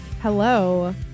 Hello